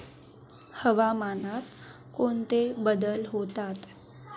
हवामानात कोणते बदल होतात?